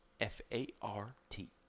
F-A-R-T